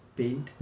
paint